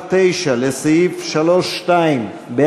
ההסתייגות (9) של קבוצת סיעת המחנה הציוני לסעיף 3(2) לא נתקבלה.